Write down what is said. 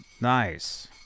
Nice